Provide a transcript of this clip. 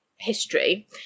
history